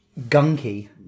Gunky